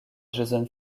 jason